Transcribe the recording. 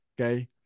okay